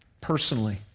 personally